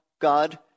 God